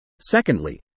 Secondly